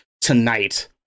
tonight